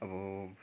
अब